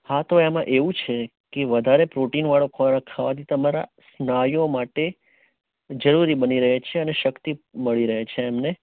હા તો એમાં એવું છે કે વધારે પ્રોટીનવાળો ખોરાક ખાવાથી સ્નાયુઓ માટે જરૂરી બની રહે છે અને શક્તિ મળી રહે છે એમને